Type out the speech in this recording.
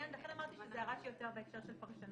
לכן אמרתי שזו הערה שהיא יותר בהקשר של פרשנות.